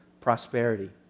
prosperity